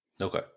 Okay